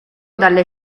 dalle